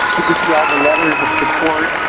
you can see all the letters of support.